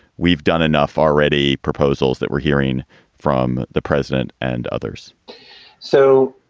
we've done enough already proposals that we're hearing from the president and others so,